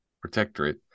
protectorate